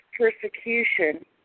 persecution